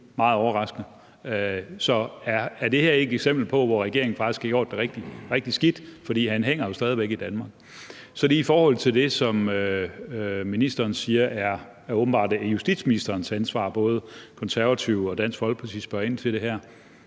asyl – meget overraskende. Så er det her ikke et eksempel på, at regeringen faktisk har gjort det rigtig, rigtig skidt? For han hænger jo stadig væk i Danmark. Så vil jeg lige sige noget om det, som ministeren siger åbenbart er justitsministerens ansvar. Både Konservative og Dansk Folkeparti spørger ind til det her.